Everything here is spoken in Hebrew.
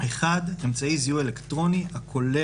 (1) אמצעי זיהוי אלקטרוני הכולל